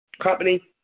company